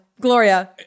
Gloria